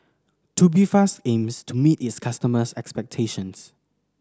Tubifast aims to meet its customers' expectations